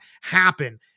happen